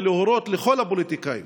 ולהורות לכל הפוליטיקאים